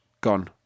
Gone